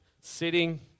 sitting